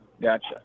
Gotcha